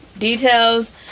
details